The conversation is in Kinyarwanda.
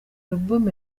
album